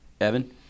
Evan